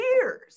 years